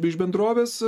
iš bendrovės